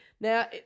Now